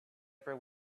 upper